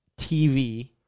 TV